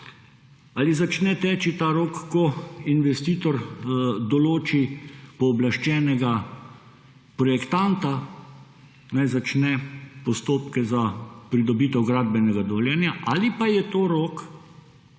ali začne teči ta rok, ko investitor določi pooblaščenega projektanta, naj začne postopke za pridobitev gradbenega dovoljenja, ali pa je to rok,